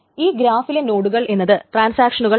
ഈ ഗ്രാഫിലെ നോഡുകൾ എന്നത് ട്രാൻസാക്ഷനുകൾ ആണ്